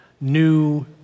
new